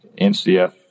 NCF